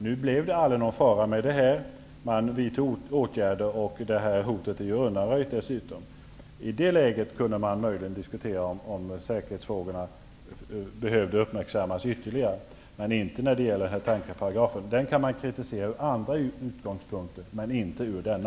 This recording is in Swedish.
Nu blev det aldrig någon fara med detta. Man vidtog åtgärder, och hotet undanröjdes dessutom. I det läget kunde man möjligen diskutera om säkerhetsfrågorna behövde uppmärksammas ytterligare, men inte när det gäller den här paragrafen. Den paragrafen kan man kritisera från andra utgångspunkter, men inte från denna.